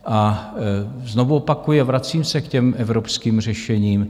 A znovu opakuji a vracím se k těm evropským řešením.